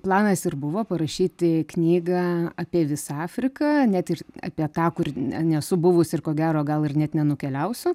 planas ir buvo parašyti knygą apie visą afriką net ir apie tą kur ne nesu buvus ir ko gero gal ir net nenukeliausiu